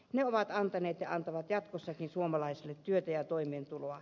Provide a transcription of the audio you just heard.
ne ovat antaneet ja antavat jatkossakin suomalaisille työtä ja toimeentuloa